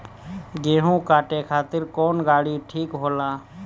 गेहूं काटे खातिर कौन गाड़ी ठीक होला?